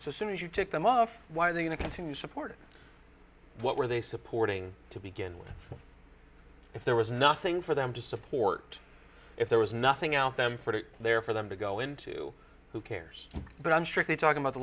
so soon as you tick them off why are they going to continue supporting what were they supporting to begin with if there was nothing for them to support if there was nothing out them for there for them to go into who cares but i'm strictly talking about the